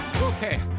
okay